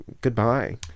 goodbye